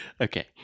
Okay